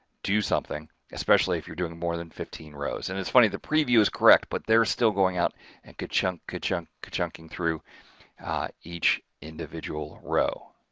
do something especially if you're doing more than fifteen rows. and it's funny the preview is correct but they're still going out and could chunk, could chunk, could chunking through each individual row.